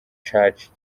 church